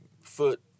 foot